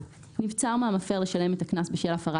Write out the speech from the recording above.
נבצר מהמפר לשלם את הקנס בשל הפרת